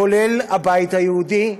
כולל הבית היהודי,